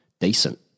Decent